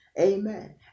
amen